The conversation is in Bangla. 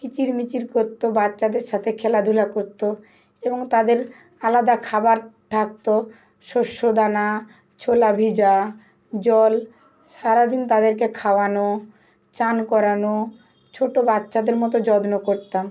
কিচিরমিচির করত বাচ্চাদের সাথে খেলাধুলা করত এবং তাদের আলাদা খাবার থাকত শস্যদানা ছোলা ভিজা জল সারাদিন তাদেরকে খাওয়ানো চান করানো ছোটো বাচ্চাদের মতো যত্ন করতাম